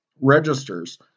registers